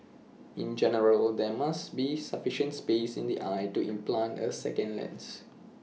in general there must be sufficient space in the eye to implant A second lens